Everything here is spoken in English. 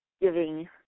giving